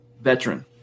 veteran